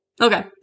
Okay